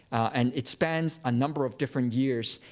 and it spans a number of different years,